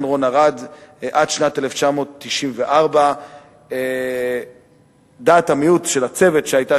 רון ארד עד שנת 1994. דעת המיעוט של הצוות שהיה,